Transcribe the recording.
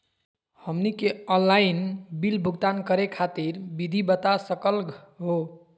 हमनी के online bill भुगतान करे खातीर विधि बता सकलघ हो?